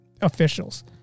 officials